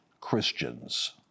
Christians